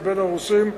לבין הרוסים,